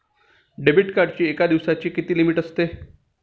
Debit कार्डची एका दिवसाची किती लिमिट असते?